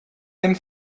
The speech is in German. den